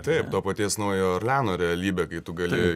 taip to paties naujojo orleano realybė kai tu gali